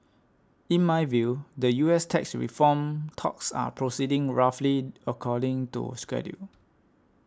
in my view the U S tax reform talks are proceeding roughly according to schedule